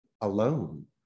alone